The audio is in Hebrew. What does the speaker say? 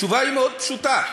התשובה היא פשוטה מאוד,